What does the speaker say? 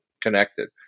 connected